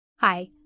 Hi